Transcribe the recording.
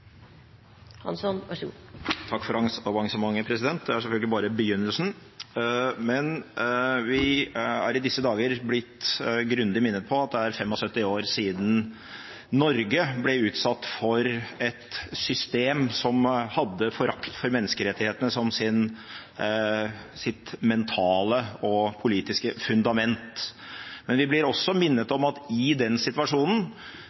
Hansson er annonsert, så han får nå ordet – og deretter representanten Bård Vegar Solhjell. Takk for avansementet, president. Det er selvfølgelig bare begynnelsen! Vi er i disse dager blitt grundig minnet på at det er 75 år siden Norge ble utsatt for et system som hadde forakt for menneskerettighetene som sitt mentale og politiske fundament. Men vi blir også minnet om at i den situasjonen